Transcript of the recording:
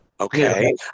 Okay